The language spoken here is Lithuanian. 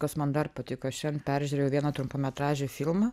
kas man dar patiko šiandien peržiūrėjau vieną trumpametražį filmą